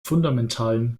fundamentalen